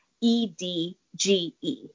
E-D-G-E